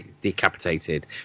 decapitated